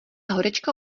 horečka